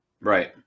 Right